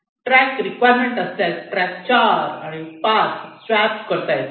track requirement असल्यास track 4 आणि 5 swap करता येतात